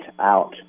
out